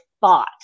thought